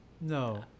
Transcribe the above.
no